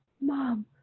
mom